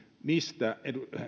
mistä